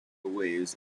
waves